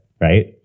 Right